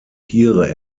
tiere